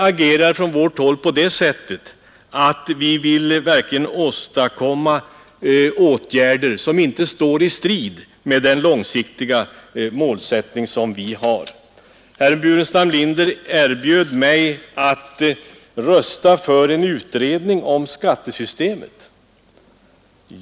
Med vårt agerande vill vi verkligen åstadkomma åtgärder som inte står i strid med den långsiktiga målsättning som vi har. Herr Burenstam Linder erbjöd mig att rösta för en utredning om skattesystemet.